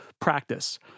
practice